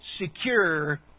secure